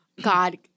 God